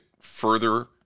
further